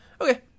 Okay